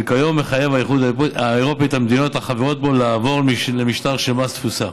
וכיום האיחוד מחייב את המדינות החברות בו לעבור למשטר של מס תפוסה.